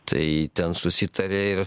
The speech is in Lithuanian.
tai ten susitarė ir